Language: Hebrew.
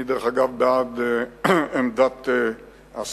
אני, דרך אגב, בעד עמדת השר.